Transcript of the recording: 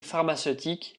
pharmaceutiques